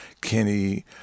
Kenny